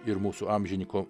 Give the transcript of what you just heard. ir mūsų amžiniko